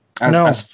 No